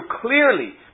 clearly